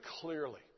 clearly